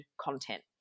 content